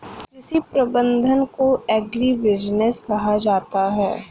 कृषि प्रबंधन को एग्रीबिजनेस कहा जाता है